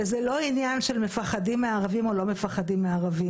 זה לא עניין של מפחדים או לא מפחדים מערבים.